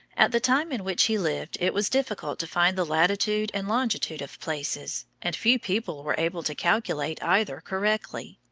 at the time in which he lived it was difficult to find the latitude and longitude of places, and few people were able to calculate either correctly.